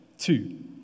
two